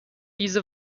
diese